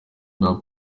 bwa